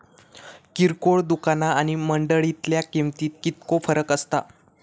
किरकोळ दुकाना आणि मंडळीतल्या किमतीत कितको फरक असता?